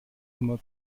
immer